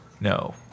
No